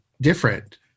different